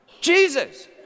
Jesus